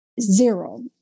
Zero